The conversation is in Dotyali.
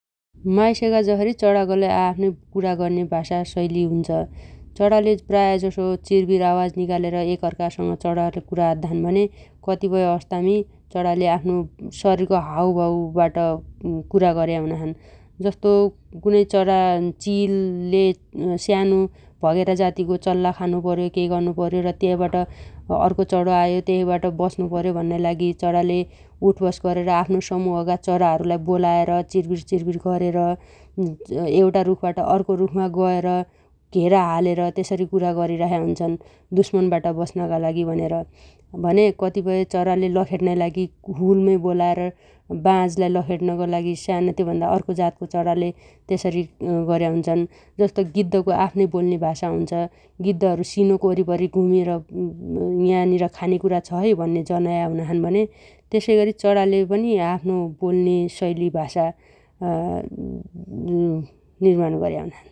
माइसगा जसरी चणाागोलै आआफ्नो कुणा अर्न्या भाषा शैली हुन्छ । चणाले प्रायजसो चिरबिर आवाज निकालेर एकअर्कासङ्ग चणा कुणा अद्दाछन् भन्या कतिपय अवस्थामी चणाले आफ्नो शरीरगो हाउभाउबाट कुणा अर्या हुनाछन् । जस्तो कुनै चरा चीलले सानो भगेरा जातीगो चल्ला खानुपर्यो र केइ गर्नुपर्यो र त्यैबाट अर्खो चणो आयो त्यैबाट बच्नुपण्यो भन्नाइ लागि चणााले उठबस गरेर आफ्नो समुहगा चणााहरूलाइ बोलाएर चिरबिर चिरबिर गरेर, एउटा रूखबाट अर्को रुखमा गएर, घेरा हालेर त्यसरी कुरा गरी राख्या हुन्छन् दुस्मनबाट बच्नगा लागि भनेर भन्या । कतिपय चराले लखेट्नाइ लागि हुलमै बोलाएर बाजलाइ लखेट्नगो लागि साना त्यो भन्दा अर्खा जातको चणाले त्यसरी गर्रया हुन्छन् । जस्तो गिद्दगो आफ्नोइ बोल्ले भाषा हु्न्छ । गिद्दहरू सिनोको वरिपरि घुमेर यानिर खानेकुणा छ है भन्न्या जनाया हुनाछन् भन्या । त्यसैगरी चराले पनि आफ्नो बोल्ले शैली भाषा निर्माण अर्या हुनाछन् ।